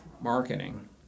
marketing